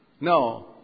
No